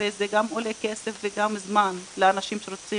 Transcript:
הרי זה עולה גם כסף וגם זמן לאנשים שרוצים